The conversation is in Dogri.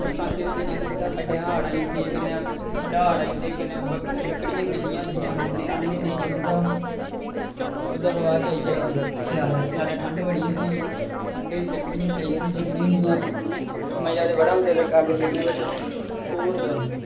बरसांती दे दिनें खड्डें हाड़ आई जंदे कन्नै खड्डें हाड़ आई जंदे कन्नै लकड़ियां गिल्लियां होंदियां ते नेईं जनोंदा आह्नने गी ते ओह्दे कशा बाद आइया स्यालै स्यालै ठंड बड़ी होंदी ठंडै च तकरीबन चाही दियां होंदियां मज़ा ते बड़ा औंदा अग्ग सेकने गी बट ओह् होंदा